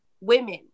women